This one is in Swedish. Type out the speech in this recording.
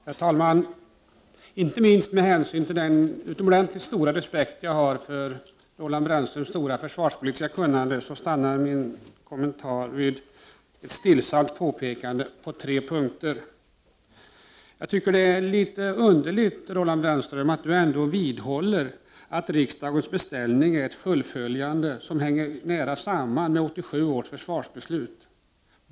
Herr talman! Inte minst med hänsyn till den utomordentligt stora respekt jag har för Roland Brännströms stora försvarspolitiska kunnande, stannar min kommentar vid ett stillsamt påpekande på tre punkter. Jag tycker det är litet underligt att Roland Brännström ändå vidhåller att riksdagens beställning är ett fullföljande som hänger nära samman med 1987 års försvarsbeslut.